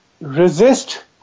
resist